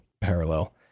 parallel